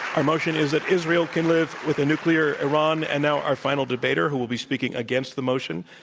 our motion is that israel can live with a nuclear iran. and now our final debater who will be speaking against the motion,